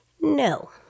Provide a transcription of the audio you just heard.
No